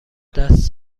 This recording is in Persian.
دست